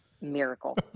miracle